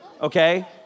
okay